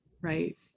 right